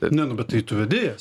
ne nu bet tai tu vedėjas